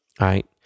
right